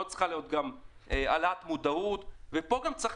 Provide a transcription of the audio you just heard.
צריכה להיות העלאת מודעות, וגם צריך